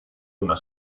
una